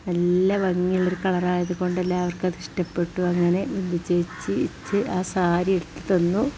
നല്ല ഭംഗിയുള്ളൊരു കളർ ആയതുകൊണ്ടതെല്ലാവർക്ക് ഇഷ്ടപ്പെട്ടു അങ്ങനെ ബിന്ദു ചേച്ചി ഇച്ച് ആ സാരി ഉടുത്തുതന്നു